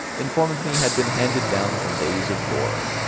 informed me had been handed down from days of yore.